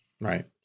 Right